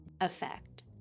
effect